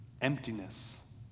emptiness